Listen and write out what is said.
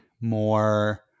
more